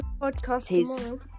podcast